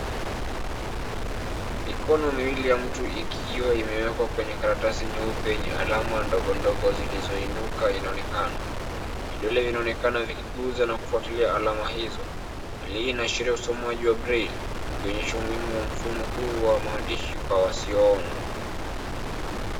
Mikono miwili ya mtu ikiwa imewekwa kwenye karatasi nyeupe yenye alama ndogondogo zilizoinuka inaonekana. Vidole vinaonekana vikiguza na kufuatilia alama hizo aliyeashiria usomaji wa braille ikionyesha umuhimu wa mfumo huu wa maandishi kwa wasioona.